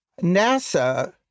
NASA